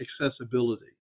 accessibility